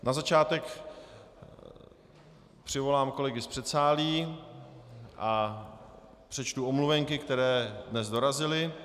Na začátek přivolám kolegy z předsálí a přečtu omluvenky, které dnes dorazily.